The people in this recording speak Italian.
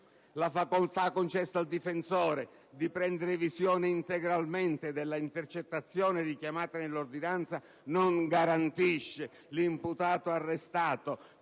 La facoltà concessa al difensore di «prendere visione integralmente della intercettazione richiamata nell'ordinanza» non garantisce l'imputato arrestato